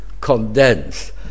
condensed